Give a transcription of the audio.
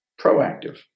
Proactive